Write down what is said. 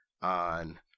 on